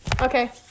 okay